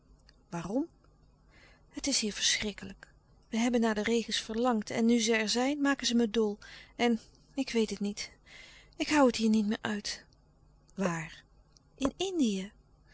waarom het is hier verschrikkelijk wij hebben naar de regens verlangd en nu ze er zijn maken ze me dol en ik weet het niet ik hoû het hier niet meer uit waar in indië